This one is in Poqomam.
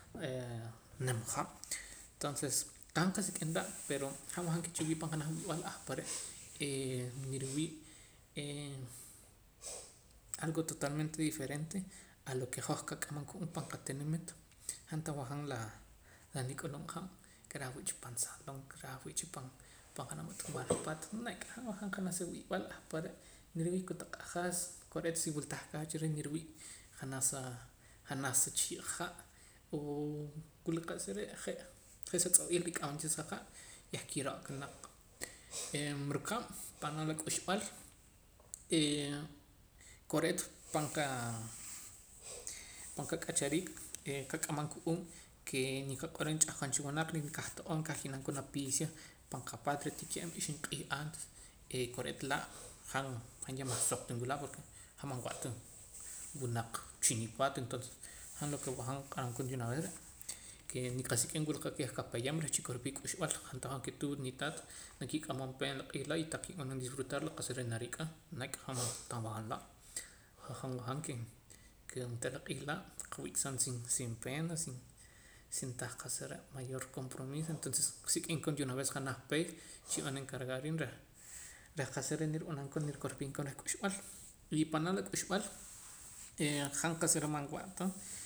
Nim hab' tonces tah qasik'im laa' pero han wajaam ke chiwii' pan janaj wi'b'al ahpare' niriwii' algo totalmente diferente a lo ke hoj kak'amam qa'uub' pan qatinimiit han tan wajaam laa la nik'ulub' han ke rah wii'cha pan salón ke rah wii'cha pan janaj ma' tuwal paat nek' han wajaam janaj sawi'b'al ahpare' niriwii' kotaq q'ajas kore'eet si wila tah kaach reh niriwii' janaj sa janaj sa chii' ha' oo wula qa'sa re' je' je' ritz'o'il rik'amam cha sa ha' yah kiro'la naq em rukab' panaa' la k'uxb'al e kore'eet pan qa pan qak'achariik e qak'amam qa'uub' kee niqaq'oreem ch'ahqon cha wunaq reh kan to'oom reh kah namkoon apiisia pan qapaat re'tii kiab' ixib' q'iij antes e kore'eet laa' han han mayah soq ta nwila' porque han manwa' ta wunaq chi nipaat entonces han lo ke wajaam q'aran koon de una vez re' nqasik'im wula qa'keh nqapayam reh chikorpii k'uxb'al han tahqa' jam ke nituut nitaat nakik'amam pena la q'iij laa y tah kib'anam disfrutar la qa'sa narik'a nek' han tan wajaam laa' han wajaam ke ke onteera la q'iij laa' qawik'saam sin sin pena sin sin tahqa'sa re' mayor compromiso entonces sik'im koon de una vez janaj peey chib'an encargar riib' reh reh qa'sa re' nirib'anam koon nirikorpiim koon reh k'uxb'al y panaa' la k'uxb'al han qa'sa re' man wa'ta